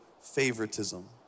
favoritism